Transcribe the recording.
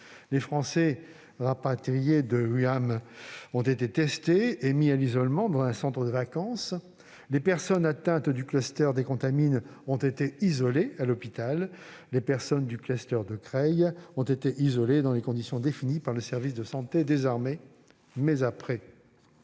Les Français rapatriés de Wuhan ont été testés et mis à l'isolement dans un centre de vacances ; les personnes contaminées dans le cluster des Contamines ont été isolées à l'hôpital ; celles du cluster de Creil ont été isolées dans les conditions définies par le service de santé des armées. Mais ensuite